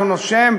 הוא נושם,